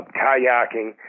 kayaking